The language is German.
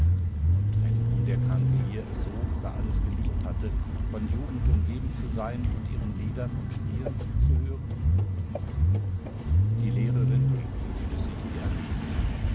und wenn nun der kranke hier es so über alles geliebt hatte von jugend umgebenzusein undihrenliedernundspielenzuzuhören die lehrerin ging unschlüssig die allee hinab